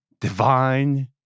Divine